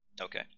Okay